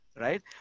right